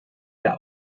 der